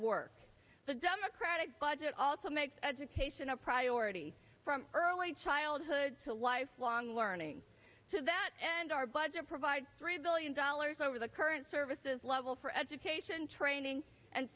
work the democratic budget also makes education a priority from early childhood to lifelong learning to that and our budget provides three billion dollars over the current services level for education training and